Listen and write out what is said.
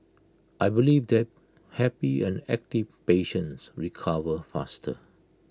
I believe that happy and active patients recover faster